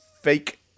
fake